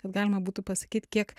kad galima būtų pasakyt kiek